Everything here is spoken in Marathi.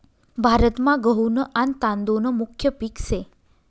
भारतमा गहू न आन तादुळ न मुख्य पिक से